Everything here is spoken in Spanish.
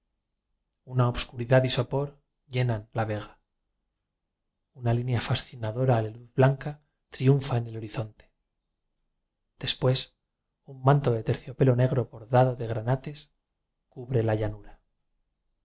una obscuridad y sopor llenan la vega una línea fascinadora de luz blanca triun fa en el horizonte después un manto de terciopelo negro bordado de gra nates cubre la llanura